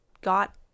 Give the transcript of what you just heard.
got